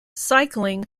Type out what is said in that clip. cycling